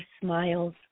smiles